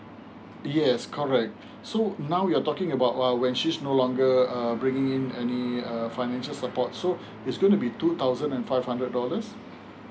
yes correct so now we're talking about when she's no longer um bringing in any uh financial support so it's gonna be two thousand and five hundred dollars